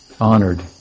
honored